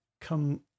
come